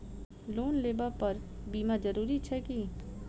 Loan लेबऽ पर बीमा जरूरी छैक की?